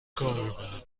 کار